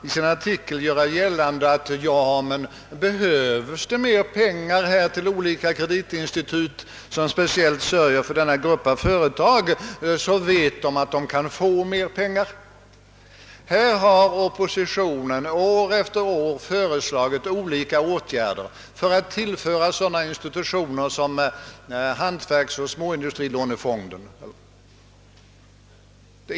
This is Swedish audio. Vi har inte såsom herr Erlander antydde i första kammaren på något sätt varit motståndare till AP-fonderna; i själva verket skulle dessa ha blivit större med vårt förslag än med regeringens. Enligt svensk praxis talar starka skäl för att man skall avvakta utredningars slutförande.